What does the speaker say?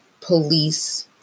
police